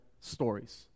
stories